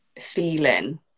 feeling